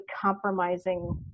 compromising